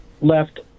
left